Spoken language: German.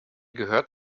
gehört